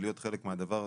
להיות חלק מהדבר הזה,